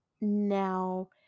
now